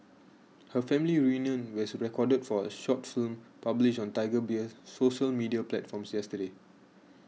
her family reunion was recorded for a short film published on Tiger Beer's social media platforms yesterday